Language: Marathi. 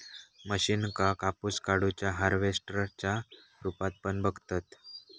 मशीनका कापूस काढुच्या हार्वेस्टर च्या रुपात पण बघतत